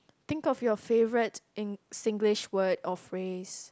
think of your favourite in Singlish word or phrase